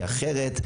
כי אחרת,